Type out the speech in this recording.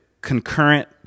concurrent